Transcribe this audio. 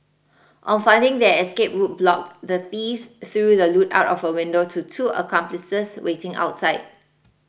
on finding their escape route blocked the thieves threw the loot out of a window to two accomplices waiting outside